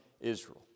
Israel